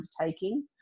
undertaking